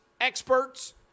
experts